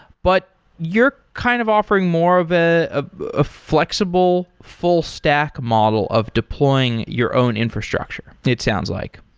but you're kind of offering more of ah ah a flexible full-stack model of deploying your own infrastructure it sounds like.